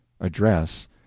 address